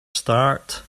start